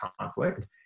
conflict